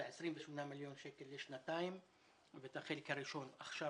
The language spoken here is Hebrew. את ה-28 מיליון שקלים לשנתיים ואת החלק הראשון עכשיו,